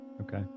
Okay